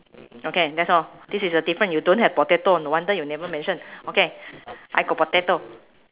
okay that's all this is a difference you don't have potato no wonder you never mention okay I got potato